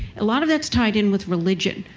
a lot of that's tied in with religion.